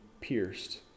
pierced